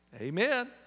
Amen